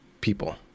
people